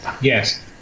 yes